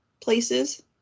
places